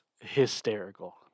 hysterical